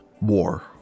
war